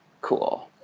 Cool